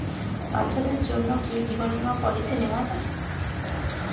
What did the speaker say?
বাচ্চাদের জন্য কি জীবন বীমা পলিসি নেওয়া যায়?